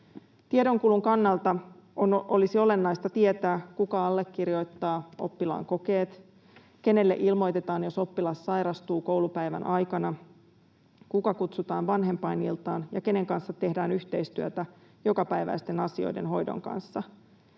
Tiedonkulun kannalta olisi olennaista tietää, kuka allekirjoittaa oppilaan kokeet, kenelle ilmoitetaan, jos oppilas sairastuu koulupäivän aikana, kuka kutsutaan vanhempainiltaan ja kenen kanssa tehdään yhteistyötä jokapäiväisten asioiden hoidon kanssa.